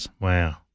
Wow